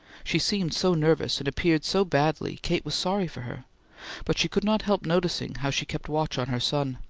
she seemed so nervous and appeared so badly kate was sorry for her but she could not help noticing how she kept watch on her son.